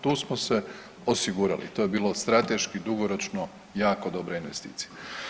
Tu smo se osigurali i to je bilo strateški dugoročno jako dobra investicija.